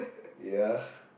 ya